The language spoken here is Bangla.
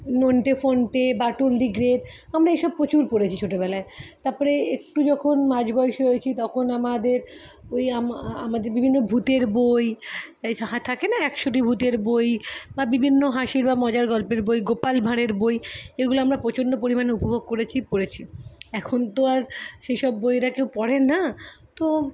নন্টে ফন্টে বাঁটুল দি গ্রেট আমরা এসব প্রচুর পড়েছি ছোটোবেলায় তাপরে একটু যখন মাঝবয়সী হয়েছি তখন আমাদের ওই আম আমাদের বিভিন্ন ভূতের বই থাকে না একশোটি ভূতের বই বা বিভিন্ন হাসির বা মজার গল্পের বই গোপাল ভাঁড়ের বই এগুলো আমরা প্রচণ্ড পরিমাণে উপভোগ করেছি পড়েছি এখন তো আর সেই সব বই এরা কেউ আর পড়ে না তো